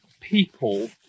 people